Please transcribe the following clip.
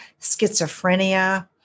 schizophrenia